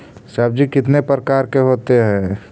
सब्जी कितने प्रकार के होते है?